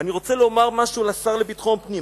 "אני רוצה לומר משהו לשר לביטחון פנים,